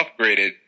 upgraded